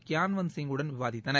கியான்வந்த் சிங் குடன் விவாதித்தனர்